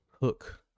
hook